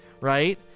right